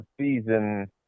season